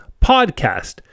podcast